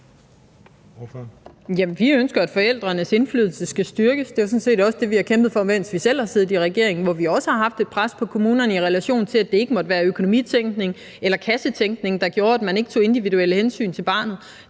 vi ønsker, at forældrenes indflydelse skal styrkes. Det er sådan set også det, vi har kæmpet for, mens vi selv har siddet i regering, hvor vi også har haft et pres på kommunerne, i relation til at det ikke måtte være økonomitænkning eller kassetænkning, der gjorde, at man ikke tog individuelle hensyn til barnet.